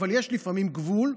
אבל יש לפעמים גבול,